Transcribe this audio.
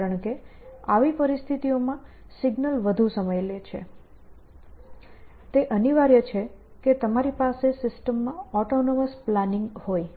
કારણ કે આવી પરિસ્થિતિઓમાં સિગ્નલ વધુ સમય લે છે તે અનિવાર્ય છે કે તમારી પાસે સિસ્ટમમાં ઑટોનોમસ પ્લાનિંગ હોય